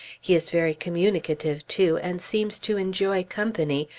he is very communicative, too, and seems to enjoy company,